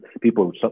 people